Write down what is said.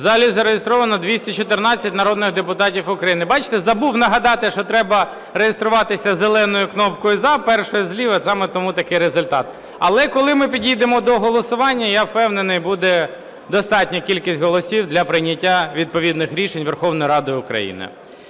У залі зареєстровано 214 народних депутатів України. Бачите, забув нагадати, що треба реєструватися зеленою кнопкою "за", першою зліва, саме тому такий результат. Але, коли ми підійдемо до голосування, я впевнений, буде достатня кількість голосів для прийняття відповідних рішень Верховної Ради України.